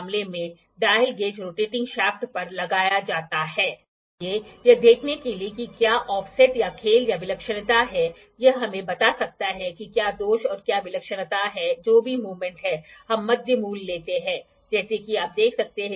अंत में कोलिमेटर और angle dekkors collimator and Angle Dekkors जो उपकरणों के परिवार से संबंधित हैं क्योंकि ऑप्टिकल उपकरण को संदर्भित करता है एंग्युलर मेज़रमेंट के लिए भी उपयोग किए जाते हैं